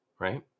Right